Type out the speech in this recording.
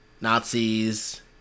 Nazis